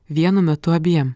vienu metu abiem